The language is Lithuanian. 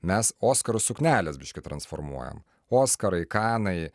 mes oskarų sukneles biški transformuojam oskarai kanai